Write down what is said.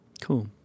Cool